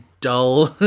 dull